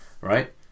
right